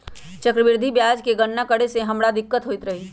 चक्रवृद्धि ब्याज के गणना करे में हमरा बड़ दिक्कत होइत रहै